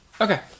Okay